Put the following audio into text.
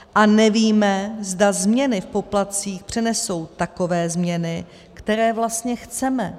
A nevíme, zda změny v poplatcích přenesou takové změny, které vlastně chceme.